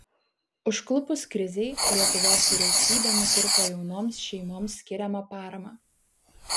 užklupus krizei lietuvos vyriausybė nukirpo jaunoms šeimoms skiriamą paramą